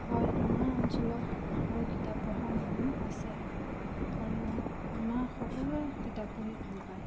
হয় আমাৰ অঞ্চলত আৰু কিতাপ পঢ়া মানুহ আছে আৰু আমাৰ সকলোৱে কিতাপ পঢ়ি ভাল পায়